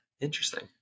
interesting